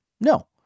No